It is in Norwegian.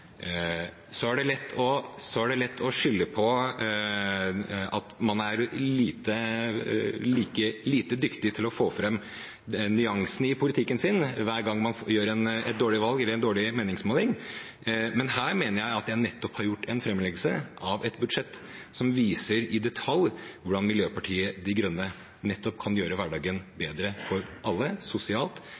er lett å skylde på at man er lite dyktig til å få fram nyansene i politikken sin, hver gang man gjør et dårlig valg eller det er en dårlig meningsmåling, men her mener jeg at jeg har lagt fram et budsjett som viser i detalj hvordan Miljøpartiet De Grønne kan gjøre hverdagen sosialt bedre for alle,